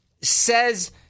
says